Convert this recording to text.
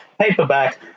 paperback